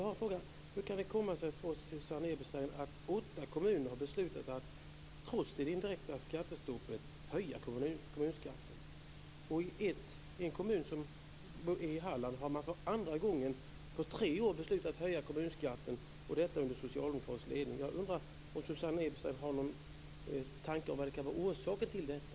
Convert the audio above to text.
Hur kan det komma sig att åtta kommuner har beslutat, trots det indirekta skattestoppet, att höja kommunalskatten? I en kommun i Halland har man för andra gången på tre år beslutat att höja kommunalskatten, under socialdemokratisk ledning. Jag undrar om Susanne Eberstein har någon tanke om vad som kan vara orsaken till detta.